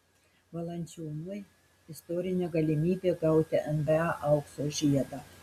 valančiūnui istorinė galimybė gauti nba aukso žiedą